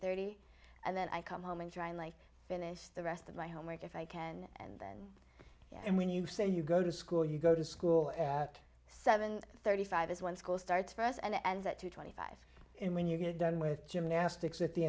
thirty and then i come home and try like finish the rest of my homework if i can and then and when you say you go to school you go to school at seven thirty five is when school starts for us and ends at two twenty five and when you get done with gymnastics at the